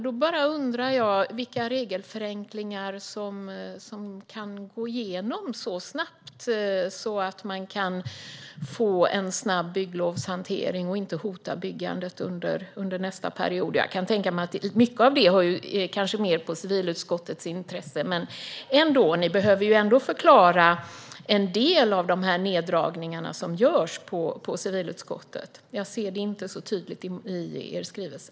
Då undrar jag bara vilka regelförenklingar som kan gå igenom så snabbt så att man får en snabb bygglovshantering och inte hotar byggandet under nästa period. Jag kan tänka mig att mycket av det mer ligger i civilutskottets intresse, men ni behöver ändå förklara en del av de neddragningar som görs i civilutskottet. Jag ser det inte så tydligt i er skrivelse.